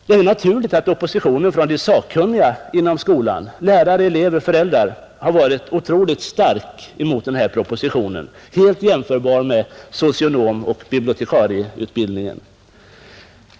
Det är naturligt att oppositionen från de sakkunniga inom skolan — lärare, elever, föräldrar — har varit mycket stark mot propositionen och helt jämförbar med den som propositionerna om socionomoch bibliotikarieutbildningen skapade.